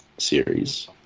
series